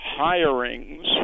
hirings